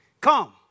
come